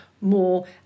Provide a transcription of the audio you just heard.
more